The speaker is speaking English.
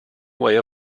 way